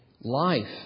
life